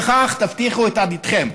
וכך תבטיחו את עתידכם.